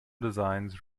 designs